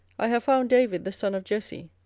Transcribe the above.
i have found david the son of jesse,